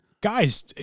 Guys